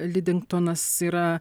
lidingtonas yra